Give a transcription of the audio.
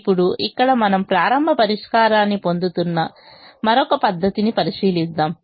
ఇప్పుడు ఇక్కడ మనం ప్రారంభ పరిష్కారాన్ని పొందుతున్న మరొక పద్ధతిని పరిశీలిద్దాము